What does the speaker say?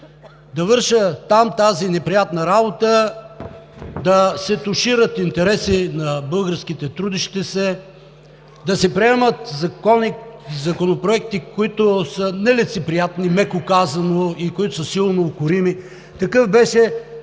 да върша там тази неприятна работа, да се тушират интереси на българските трудещи се, да се приемат законопроекти, които са нелицеприятни, меко казано, и които са силно укорими. Такъв беше